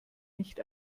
nicht